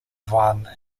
juan